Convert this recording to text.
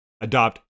adopt